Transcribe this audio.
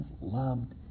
loved